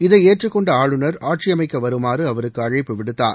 இதை ஏற்றுக்கொண்ட ஆளுநர் ஆட்சியமைக்க வருமாறு அவருக்கு அழைப்பு விடுத்தார்